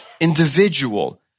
individual